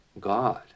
God